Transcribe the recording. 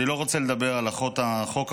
אני לא רוצה לדבר על החוק המושחת,